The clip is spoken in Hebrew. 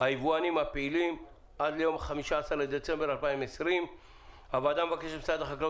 היבואנים הפעילים עד יום 15 לדצמבר 2020. הוועדה מבקשת ממשרד החקלאות